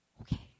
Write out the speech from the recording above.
Okay